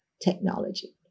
technology